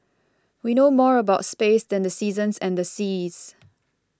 we know more about space than the seasons and the seas